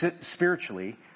spiritually